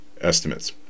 estimates